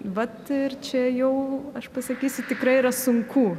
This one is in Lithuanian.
vat ir čia jau aš pasakysiu tikrai yra sunku